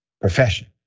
profession